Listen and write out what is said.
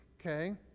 okay